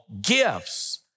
gifts